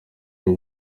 bwo